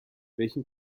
welchen